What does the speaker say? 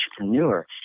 entrepreneur